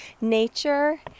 nature